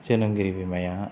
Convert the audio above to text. जोनोमगिरि बिमाया